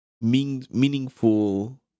meaningful